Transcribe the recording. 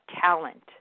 talent